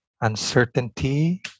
uncertainty